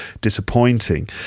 disappointing